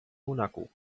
monaco